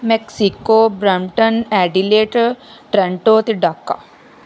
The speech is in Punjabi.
ਮੈਕਸੀਕੋ ਬਰੈਂਪਟਨ ਐਡੀਲੇਟ ਟਰਾਂਟੋ ਅਤੇ ਢਾਕਾ